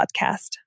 podcast